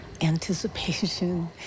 anticipation